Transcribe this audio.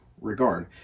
Regard